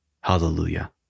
Hallelujah